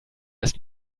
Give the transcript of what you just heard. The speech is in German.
ist